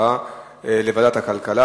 ראשונה בוועדת הכלכלה.